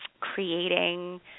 creating